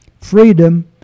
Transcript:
freedom